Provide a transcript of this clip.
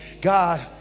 God